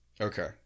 Okay